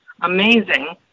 amazing